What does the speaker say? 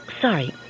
Sorry